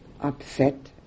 upset